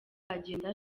agenda